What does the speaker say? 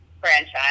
franchise